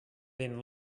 then